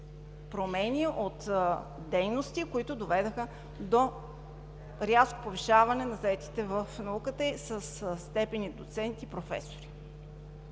промени, от дейности, които доведоха до рязко повишаване на заетите в науката със степени доценти, професори.